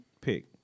pick